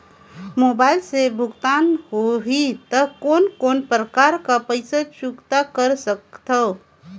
Mobile से भुगतान होहि त कोन कोन प्रकार कर पईसा चुकता कर सकथव?